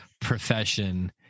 profession